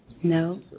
know